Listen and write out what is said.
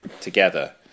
together